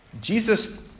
Jesus